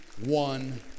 one